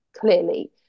clearly